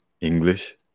English